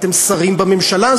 אתם שרים בממשלה,